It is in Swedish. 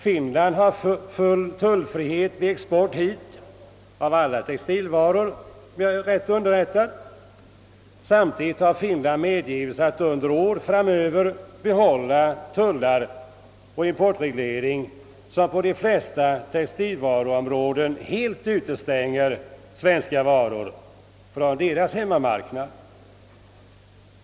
Finland har full tullfrihet vid export till Sverige av alla textilvaror, om jag är riktigt underrättad. Samtidigt har Finland fått medgivande att under år framöver behålla tullar och importreglering som på de flesta textilvaruområden helt utestänger svenska varor från den finska marknaden.